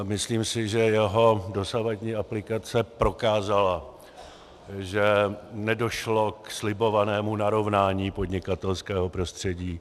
Myslím si, že jeho dosavadní aplikace prokázala, že nedošlo k slibovanému narovnání podnikatelského prostředí.